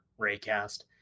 Raycast